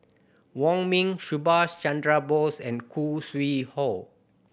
Wong Ming Subhas Chandra Bose and Khoo Sui Hoe